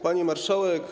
Pani Marszałek!